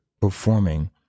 performing